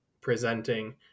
presenting